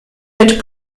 mit